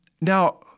Now